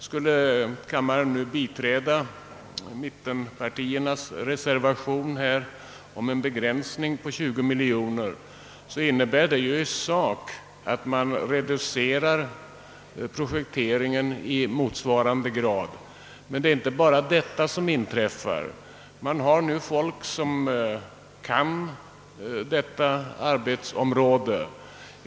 Skulle kammaren nu biträda mittenpartiernas reservation om en begränsning med 20 miljoner kronor, så innebär det i sak att projekteringen reduceras i motsvarande grad. Men det är inte bara detta som inträffar. Man har nu tillgång till folk som kan detta arbete.